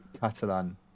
Catalan